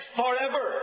forever